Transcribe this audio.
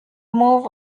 move